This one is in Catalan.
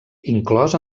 inclòs